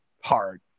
hard